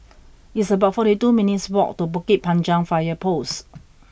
it's about forty two minutes' walk to Bukit Panjang Fire Post